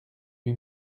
lui